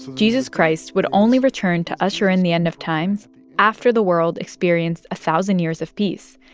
jesus christ would only return to usher in the end of times after the world experienced a thousand years of peace,